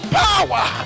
power